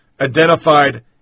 identified